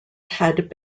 had